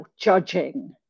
judging